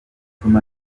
utuma